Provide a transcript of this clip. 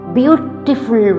beautiful